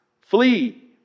Flee